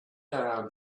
around